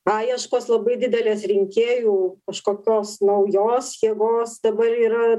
paieškos labai didelės rinkėjų kažkokios naujos jėgos dabar yra